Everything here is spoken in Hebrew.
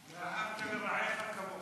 ואהבת לרעך כמוך.